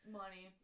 money